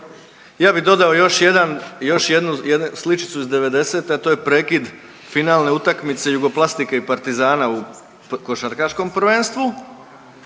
još jedan, još jednu sličicu iz '90., a to je prekida finalne utakmice Jugoplastike i Partizana u košarkaškom prvenstvu,